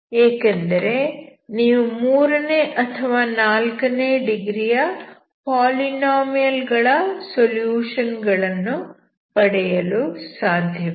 ಏಕೆಂದರೆ ನೀವು ಮೂರನೇ ಅಥವಾ ನಾಲ್ಕನೇ ಡಿಗ್ರಿಯ ಪಾಲಿನಾಮಿಯಲ್ ಗಳ ಸೊಲ್ಯೂಷನ್ ಗಳನ್ನು ಪಡೆಯಲು ಸಾಧ್ಯವಿದೆ